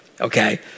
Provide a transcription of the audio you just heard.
Okay